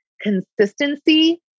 consistency